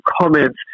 comments